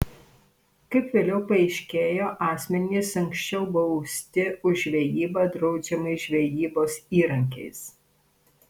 kaip vėliau paaiškėjo asmenys anksčiau bausti už žvejybą draudžiamais žvejybos įrankiais